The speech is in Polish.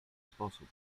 sposób